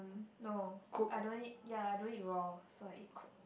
no I don't eat ya I don't eat raw so I eat cooked